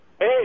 Hey